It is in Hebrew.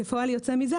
כפועל יוצא מזה,